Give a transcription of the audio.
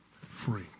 free